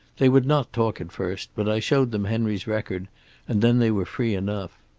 they would not talk at first, but i showed them henry's record and then they were free enough.